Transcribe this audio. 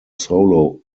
solo